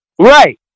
right